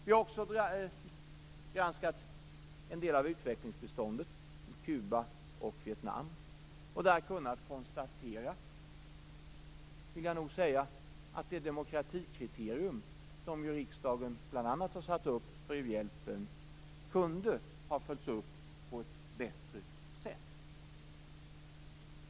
Vi har också granskat en del av utvecklingsbiståndet till Kuba och Vietnam. Vi har kunnat konstatera att det demokratikriterium som riksdagen bl.a. har satt upp för u-hjälpen kunde ha följts upp på ett bättre sätt.